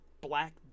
Black